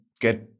get